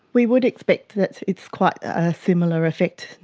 we would expect that it's quite a similar effect.